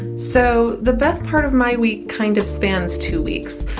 so the best part of my week kind of spans two weeks.